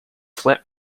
flat